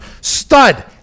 stud